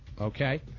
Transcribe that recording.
Okay